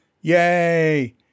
Yay